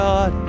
God